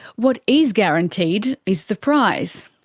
what is guaranteed is the price.